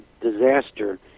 disaster